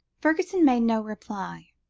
fergusson made no reply.